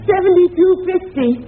Seventy-two-fifty